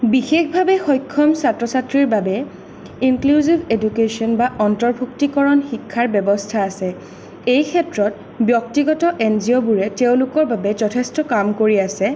বিশেষভাৱে সক্ষম ছাত্ৰ ছাত্ৰীৰ বাবে ইনক্লিউজিভ এডুকেচন বা অন্তৰ্ভুক্তিকৰণ শিক্ষাৰ ব্যৱস্থা আছে এইক্ষেত্ৰত ব্যক্তিগত এন জি অ'বোৰে তেওঁলোকৰ বাবে যথেষ্ট কাম কৰি আছে